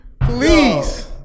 please